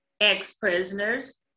ex-prisoners